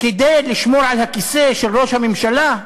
כדי לשמור על הכיסא של ראש הממשלה?